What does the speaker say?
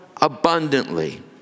abundantly